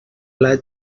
pla